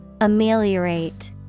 Ameliorate